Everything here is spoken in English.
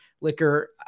liquor